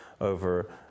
over